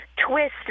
twist